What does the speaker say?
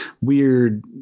weird